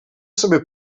sobie